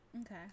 okay